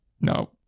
no